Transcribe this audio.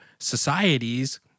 societies